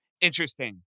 Interesting